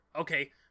Okay